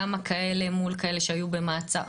כמה כאלה הם מול כאלה שהיו במעצר,